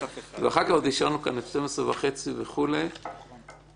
ואחר כך עוד נשארנו כאן עד 00:30 וכולי, מהבוקר.